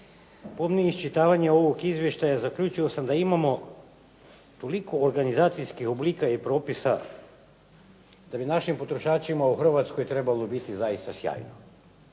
Pomnijim iščitavanjem ovog izvještaja zaključio sam da imamo toliko organizacijskih oblika i propisa da bi našim potrošačima u Hrvatskoj trebalo biti zaista sjajno.